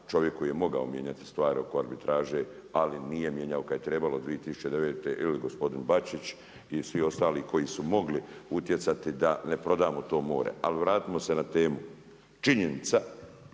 čovjek koji je mogao mijenjati stvari oko arbitraže ali nije mijenjao kad je trebalo 2009. ili gospodin Bačić i svi ostali koji su mogli utjecati da ne prodamo to more. Ali vratimo se na temu. Činjenica